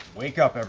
wake up,